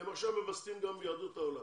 הם עכשיו מווסתים גם ביהדות העולם.